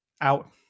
out